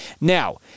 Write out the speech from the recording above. Now